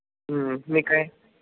మీకు అయితే